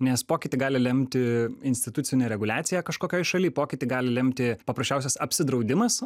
nes pokytį gali lemti institucinė reguliacija kažkokioj šalyj pokytį gali lemti paprasčiausias apsidraudimas